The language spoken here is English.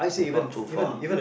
not too far